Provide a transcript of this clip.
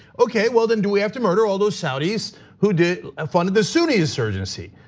okay, well then do we have to murder all those saudis who did and funded the sunni insurgency?